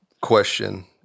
question